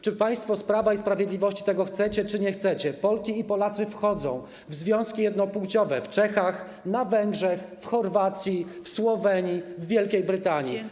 Czy państwo z Prawa i Sprawiedliwości tego chcecie, czy nie chcecie, Polki i Polacy wchodzą w związki jednopłciowe w Czechach, na Węgrzech, w Chorwacji, w Słowenii, w Wielkiej Brytanii.